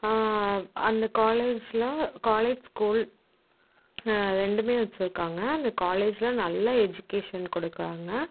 அந்த காலேஜில் college school ரெண்டுமே வச்சுருக்காங்க அந்த காலேஜில் நல்ல எஜிக்கேஷன் கொடுக்குறாங்க